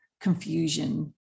confusion